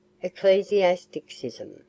ecclesiasticism